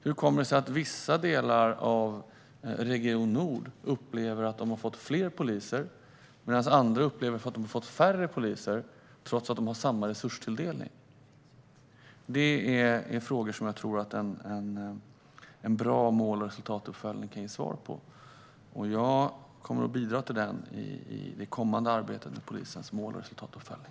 Hur kommer det sig att vissa delar av Region Nord upplever att de har fått fler poliser, medan andra upplever att de har fått färre poliser, trots att de har samma resurstilldelning? Det är frågor som jag tror att en bra mål och resultatuppföljning kan ge svar på. Jag kommer att bidra till detta i det kommande arbetet med polisens mål och resultatuppföljning.